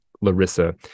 Larissa